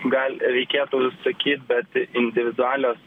gal reikėtų sakyt bet individualios